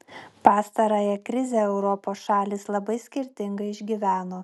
pastarąją krizę europos šalys labai skirtingai išgyveno